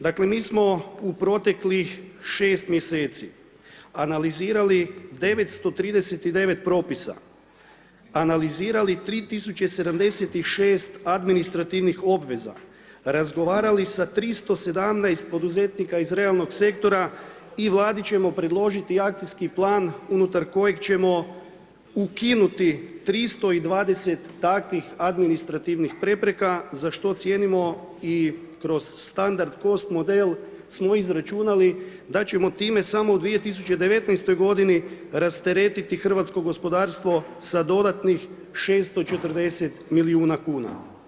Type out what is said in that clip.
Dakle mi smo u proteklih 6 mjeseci analizirali 939 propisa, analizirali 3 tisuće i 76 administrativnih obveza, razgovarali sa 317 poduzetnika iz realnog sektora i Vladi ćemo predložiti akcijski plan unutar kojeg ćemo ukinuti 320 takvih administrativnih prepreka za što cijenimo i kroz standard cost model smo izračunali da ćemo time samo u 2019. godini rasteretiti hrvatskog gospodarstvo sa dodatnih 640 milijuna kuna.